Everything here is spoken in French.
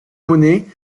monnaie